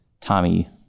tommy